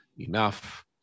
enough